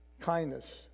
Kindness